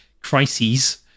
crises